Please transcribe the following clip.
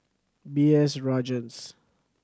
B S Rajhans